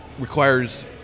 requires